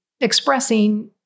expressing